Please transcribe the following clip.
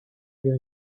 fydd